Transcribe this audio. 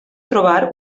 trobar